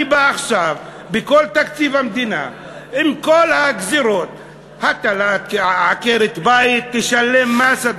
אני בא עכשיו בתקציב המדינה עם כל הגזירות: עקרת-בית תשלם מס,